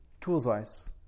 tools-wise